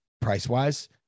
price-wise